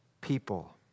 people